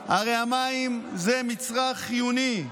הרי המים זה מצרך חיוני.